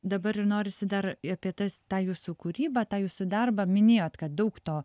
dabar ir norisi dar apie tas tą jūsų kūrybą tą jūsų darbą minėjot kad daug to